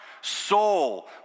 soul